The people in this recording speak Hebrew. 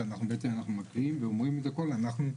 שאנחנו אומרים את זה כל הזמן,